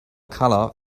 colour